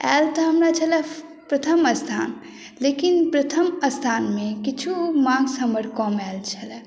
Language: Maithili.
आयल तऽ हमरा छलय प्रथम स्थान लेकिन प्रथम स्थानमे किछु मार्क्स हमर कम आयल छलय